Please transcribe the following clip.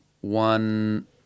one